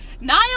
Niall